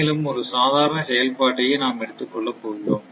மேலும் ஒரு சாதாரண செயல்பாட்டையே நாம் எடுத்துக் கொள்ளப் போகிறோம்